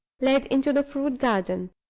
led into the fruit garden.